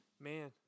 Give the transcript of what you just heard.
Man